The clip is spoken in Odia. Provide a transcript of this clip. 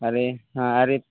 ଆରେ ହଁ ଆରେ